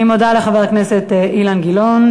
אני מודה לחבר הכנסת אילן גילאון.